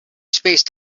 spaced